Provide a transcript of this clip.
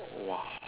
!wah!